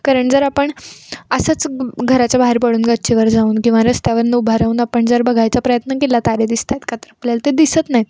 कारण जर आपण असंच घराच्या बाहेर पडून गच्चीवर जाऊन किंवा रस्त्यावरून उभं राहून आपण जर बघायचा प्रयत्न केला तारे दिसताय का त आपल्याला ते दिसत नाहीत